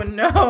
no